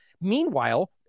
meanwhile